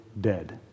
dead